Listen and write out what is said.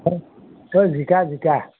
হয় জিকা জিকা